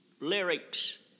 Lyrics